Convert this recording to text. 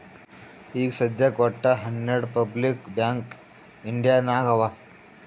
ಈಗ ಸದ್ಯಾಕ್ ವಟ್ಟ ಹನೆರ್ಡು ಪಬ್ಲಿಕ್ ಬ್ಯಾಂಕ್ ಇಂಡಿಯಾ ನಾಗ್ ಅವಾ